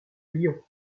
lyon